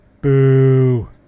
Boo